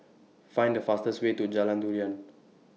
Find The fastest Way to Jalan Durian